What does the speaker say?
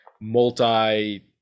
multi